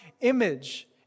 image